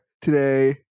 today